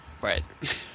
Right